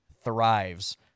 thrives